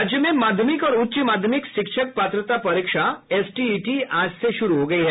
राज्य में माध्यमिक और उच्च माध्यमिक शिक्षक पात्रता परीक्षा एसटीईटी आज से शुरू हो गयी है